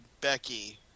Becky